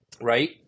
right